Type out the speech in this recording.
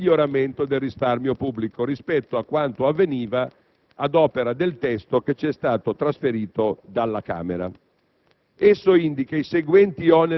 un minore utilizzo del miglioramento del risparmio pubblico, rispetto a quanto avveniva ad opera del testo approvato dalla Camera.